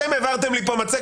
אתם העברתם לי פה מצגת,